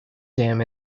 damn